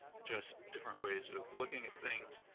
just different ways of looking at things.